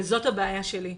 וזאת הבעיה השלי.